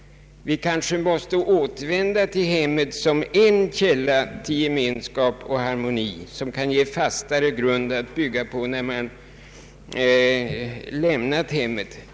Vi kanske måste återvända till hemmet som en källa till gemenskap och harmoni och som kan ge en fastare grund att bygga på.